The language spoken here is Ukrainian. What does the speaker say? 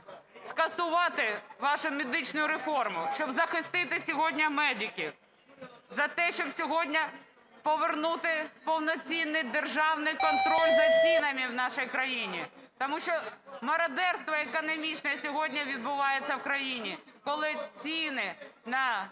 скасувати вашу медичну реформу, щоб захистити сьогодні медиків, за те, щоб сьогодні повернути повноцінний державний контроль за цінами в нашій країні. Тому що мародерство економічне сьогодні відбувається в країні, коли ціни на